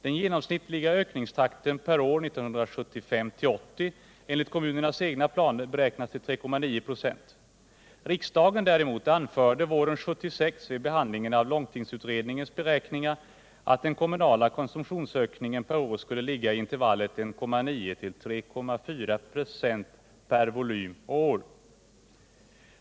Den genomsnittliga ökningstakten per år under tiden 1975-1980 enligt kommunernas egna planer beräknas till 3,9 26. Riksdagen däremot anförde våren 1976 vid behandling av långtidsutredningens beräkningar att den kommunala konsumtionsökningen per år skulle ligga i intervallet 1,9-3,4 96 i volym.